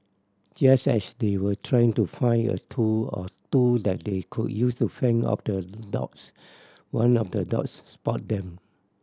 just as they were trying to find a tool or two that they could use to fend off the dogs one of the dogs spotted them